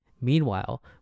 Meanwhile